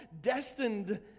destined